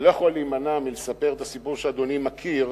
אני לא יכול להימנע מלספר את הסיפור שאדוני מכיר,